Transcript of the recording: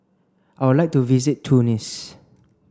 I would like to visit Tunis